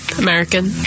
american